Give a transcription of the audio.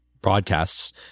broadcasts